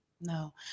no